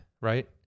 right